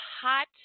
hot